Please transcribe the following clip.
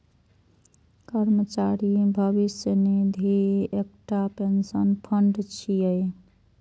कर्मचारी भविष्य निधि एकटा पेंशन फंड छियै